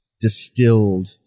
distilled